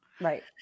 Right